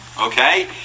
okay